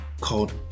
called